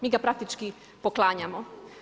Mi ga praktički poklanjamo.